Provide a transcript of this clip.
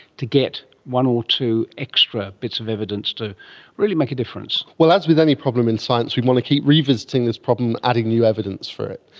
to get one or two extra bits of evidence to really make a difference? well, as with any problem in science, we want to keep revisiting this problem, adding new evidence for it.